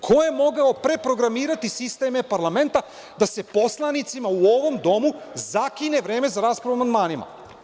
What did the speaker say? Ko je mogao reprogramirati sistem e-parlamenta da se poslanicima u ovom domu zakine vreme za raspravu o amandmanima?